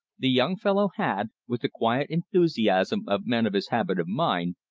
the young fellow had, with the quiet enthusiasm of men of his habit of mind,